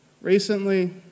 Recently